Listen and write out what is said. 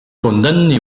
condamné